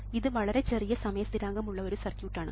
ഇത് വളരെ ചെറിയ സമയ സ്ഥിരാങ്കം ഉള്ള ഒരു സർക്യൂട്ട് ആണ്